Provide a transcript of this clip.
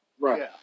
Right